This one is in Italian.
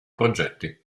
progetti